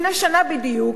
לפני שנה בדיוק,